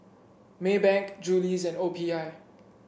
Maybank Julie's and O P I